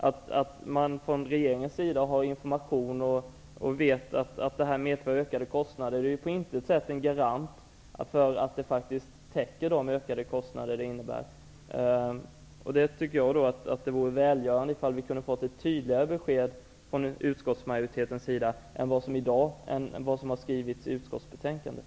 Att regeringen vet att detta medför ökade kostnader är inte någon garanti för att de ökade kostnaderna täcks. Jag tycker att det skulle vara välgörande om vi kunde få ett tydligare besked från utskottsmajoritetens sida än vad som har skrivits i utskottsbetänkandet.